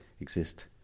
exist